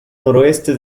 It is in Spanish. noroeste